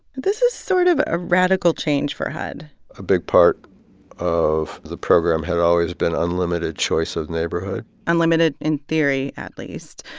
this is sort of a radical change for hud a big part of the program had always been unlimited choice of neighborhood unlimited in theory, at least.